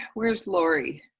where's lori?